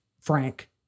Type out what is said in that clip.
Frank